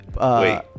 Wait